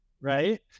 right